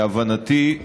להבנתי,